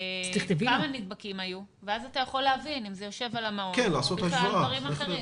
תחילת שנה זה התאריך שבו גן ילדים זקוק להכי הרבה משאבים להסתגלות,